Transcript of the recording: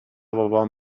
بابام